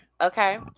Okay